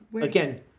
again